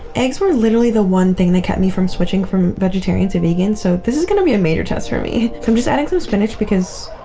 eggs were literally the one thing that kept me from switching from vegetarian to vegan, so this is gonna be a major test for me. i'm just adding some spinach because,